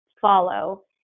follow